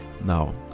now